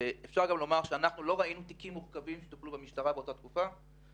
ואנחנו לא ראינו פרשיות מורכבות שטופלו במשטרה באותה תקופה.